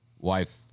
wife